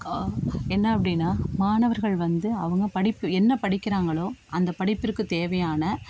என்ன அப்படின்னா மாணவர்கள் வந்து அவங்க படிப்பு என்ன படிக்கிறாங்களோ அந்த படிப்பிற்குத் தேவையான